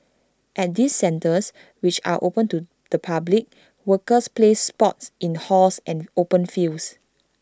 at these centres which are open to the public workers play sports in halls and open fields